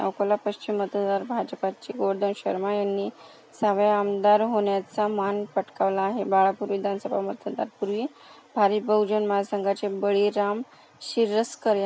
अकोला पश्चिम मतदार भाजपाचे गोवर्धन शर्मा यांनी सहावे आमदार होण्याचा मान पटकवला आहे बाळापूर विधानसभा मतदान पूर्वी भारिप बहुजन महासंघाचे बळीराम शिरसकर